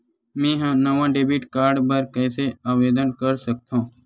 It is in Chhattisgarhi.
मेंहा नवा डेबिट कार्ड बर कैसे आवेदन कर सकथव?